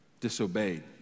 disobeyed